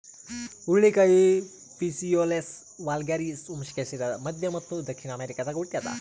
ಹುರುಳಿಕಾಯಿ Phaseolus vulgaris ವಂಶಕ್ಕೆ ಸೇರಿದ ಮಧ್ಯ ಮತ್ತು ದಕ್ಷಿಣ ಅಮೆರಿಕಾದಾಗ ಹುಟ್ಯಾದ